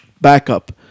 backup